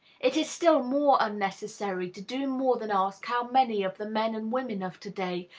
it is still more unnecessary to do more than ask how many of the men and women of to-day,